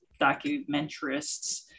documentarists